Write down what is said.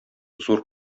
зур